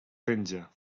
penja